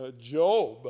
Job